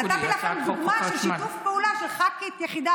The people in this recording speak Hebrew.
נתתי לכם דוגמה של שיתוף פעולה של ח"כית יחידה